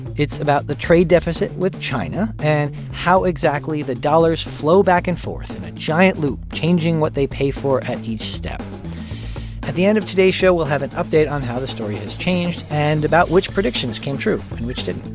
it's about the trade deficit with china and how exactly the dollars flow back and forth in a giant loop, changing what they pay for at each step at the end of today's show, we'll have an update on how the story has changed and about which predictions came true and which didn't.